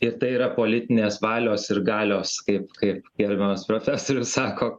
ir tai yra politinės valios ir galios kaip kaip gerbiamas profesorius sako